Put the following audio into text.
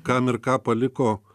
kam ir ką paliko